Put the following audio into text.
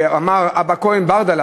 שאמר אבא כהן ברדלא: